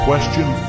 Question